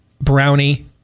brownie